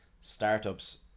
startups